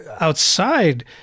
outside